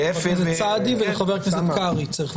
חבר הכנסת סעדי וחבר הכנסת קרעי.